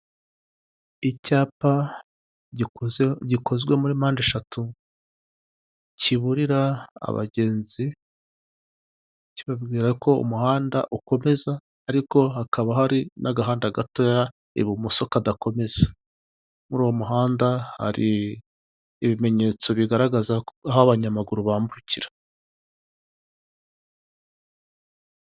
Icyapa kiriho umugabo mu maso ugaragara nk'ukuze, yambaye amataratara cyangwa se amarinete mumaso, ikanzu itukura iriho agatambaro kayidodeyeho k'umukara, ishati y'ubururu na karavati.